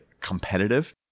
competitive